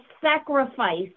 sacrifice